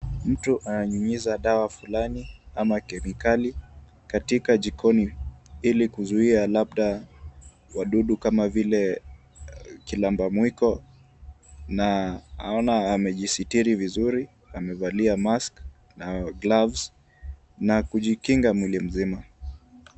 Mtu ananyunyiza dawa fulani ama kemikali katika jikoni ili kuzuia labda wadudu kama vile kilamba mwiko na naona amejisitiri vizuri, amevalia mask na gloves na kujikinga mwili mzima.